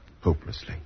hopelessly